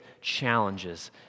challenges